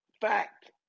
fact